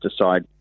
decide